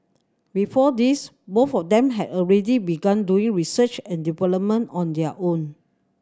before this both of them had already begun doing research and on their own